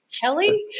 Kelly